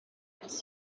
has